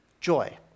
Joy